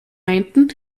meinten